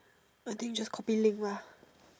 I think just copy link lah